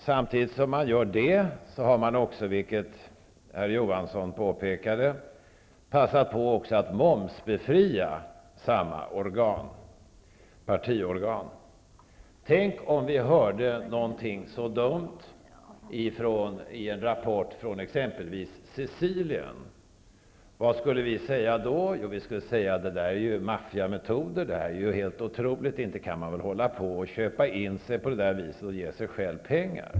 Samtidigt har man också passat på att momsbefria -- vilket herr Johansson påpekade -- samma partiorgan. Tänk, om vi hörde någonting så dumt i en rapport från t.ex. Sicilien! Vad skulle vi säga då? Jo, att det verkar röra sig om maffiametoder som är helt otroliga. Man kan inte köpa in sig på det där viset och ge sig själv pengar.